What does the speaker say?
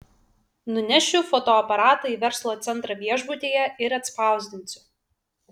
nunešiu fotoaparatą į verslo centrą viešbutyje ir atspausdinsiu